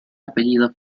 apellido